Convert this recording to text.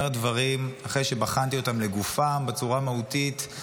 דברים אחרי שבחנתי אותם לגופם בצורה מהותית,